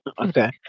Okay